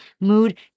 mood